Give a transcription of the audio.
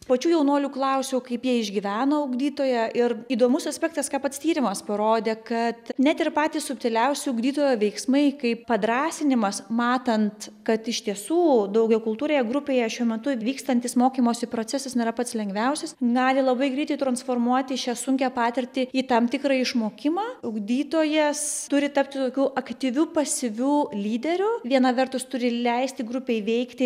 pačių jaunuolių klausiau kaip jie išgyveno ugdytoją ir įdomus aspektas ką pats tyrimas parodė kad net ir patys subtiliausi ugdytojo veiksmai kaip padrąsinimas matant kad iš tiesų daugiakultūrėje grupėje šiuo metu vykstantis mokymosi procesas nėra pats lengviausias gali labai greitai transformuoti šią sunkią patirtį į tam tikrą išmokimą ugdytojas turi tapti tokiu aktyviu pasyviu lyderiu viena vertus turi leisti grupei veikti